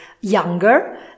younger